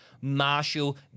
Marshall